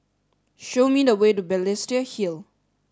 show me the way to Balestier Hill